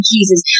Jesus